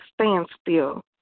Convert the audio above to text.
standstill